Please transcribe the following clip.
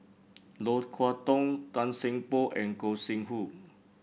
Low Kway Dong Tan Seng Poh and Gog Sing Hooi